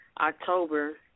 October